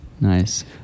Nice